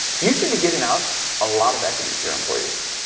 you should be giving out a lot of equity to your employees.